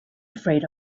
afraid